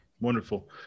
Wonderful